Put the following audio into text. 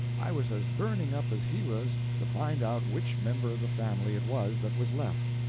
i was as burning up as he was to find out which member of the family it was that was left.